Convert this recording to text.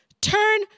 Turn